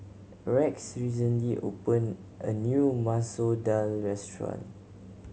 Rex recently opened a new Masoor Dal restaurant